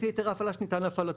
לפי היתר ההפעלה שניתן להפעלתו."